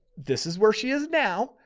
this is where she is now.